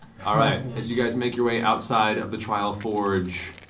all right. as you guys make your way outside of the trial forge,